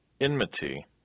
enmity